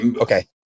okay